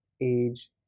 age